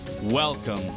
Welcome